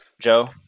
Joe